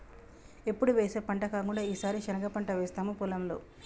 ఎప్పుడు వేసే పంట కాకుండా ఈసారి శనగ పంట వేసాము పొలంలో